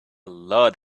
lot